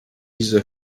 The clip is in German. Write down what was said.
diese